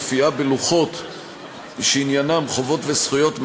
מופיעה בלוחות שעניינם חובות וזכויות,